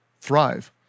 thrive